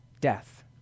death